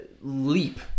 leap